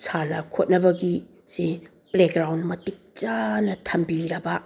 ꯁꯥꯟꯅ ꯈꯣꯠꯅꯕꯒꯤꯁꯤ ꯄ꯭ꯂꯦꯒ꯭ꯔꯥꯎꯟ ꯃꯇꯤꯛ ꯆꯥꯅ ꯊꯝꯕꯤꯔꯕ